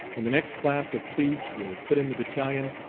when the next class of plebes were put in the battalion,